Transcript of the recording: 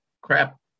crap